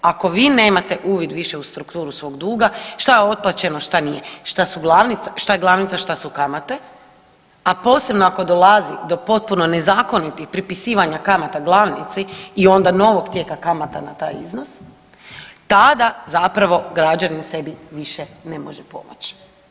Ako vi nemate uvid više u strukturu svog duga šta je otplaćeno, šta nije, šta je glavnica, šta su kamate a posebno ako dolazi do potpuno nezakonitih pripisivanja kamata glavnici i onda novog tijeka kamata na taj iznos tada zapravo građanin sebi više ne može pomoći.